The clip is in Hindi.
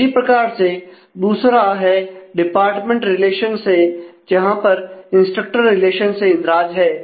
उसी प्रकार से दूसरा है डिपार्टमेंट रिलेशन से जहां पर इंस्ट्रक्टर रिलेशन से इंद्राज है